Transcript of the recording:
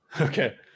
okay